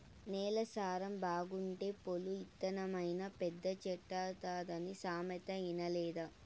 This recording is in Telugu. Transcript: నేల సారం బాగుంటే పొల్లు ఇత్తనమైనా పెద్ద చెట్టైతాదన్న సామెత ఇనలేదా